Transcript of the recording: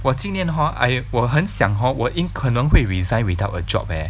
我今年 hor I 我很想 hor 我 in 可能会 resign without a job eh